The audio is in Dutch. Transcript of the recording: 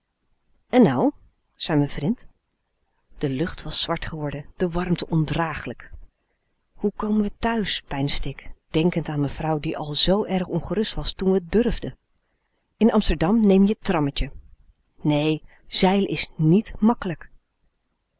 en nou zei m'n vrind de lucht was zwart geworden de warmte ondraaglijk hoe komen we t h u i s peinsde ik denkend an m'n vrouw die al zoo erg ongerust was toen we t durfden in amsterdam neem je n trammetje nee zeilen is nièt makkelijk